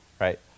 right